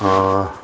ਹਾਂ